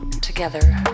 together